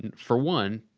and for one,